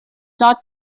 not